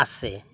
আছে